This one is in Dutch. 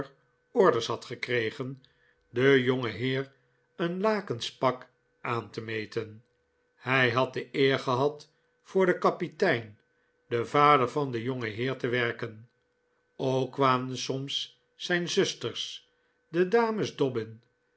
orders had gekregen den jongeheer een lakensch pak aan te meten hij had de eer gehad voor den kapitein den vader van den jongeheer te werken ook kwamen soms zijn zusters de dames dobbin